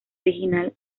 original